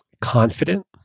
confident